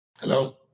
Hello